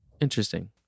interesting